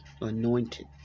anointed